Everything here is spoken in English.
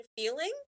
feeling